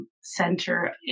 center